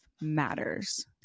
matters